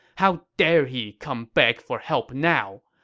how dare he come beg for help now!